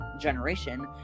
generation